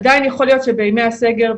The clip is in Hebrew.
עדיין יכול להיות שבימי הסגר,